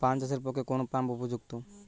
পান চাষের পক্ষে কোন পাম্প উপযুক্ত?